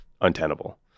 untenable